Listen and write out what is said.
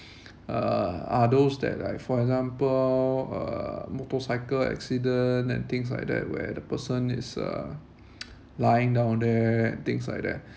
uh are those that like for example uh motorcycle accident and things like that where the person is uh lying down there things like that